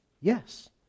Yes